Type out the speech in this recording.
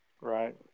Right